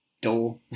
door